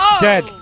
Dead